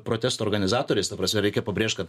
protesto organizatoriais ta prasme reikia pabrėžt kad